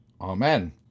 Amen